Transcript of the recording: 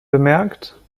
bemerkt